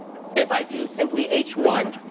if i do simply h one,